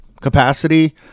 capacity